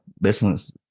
business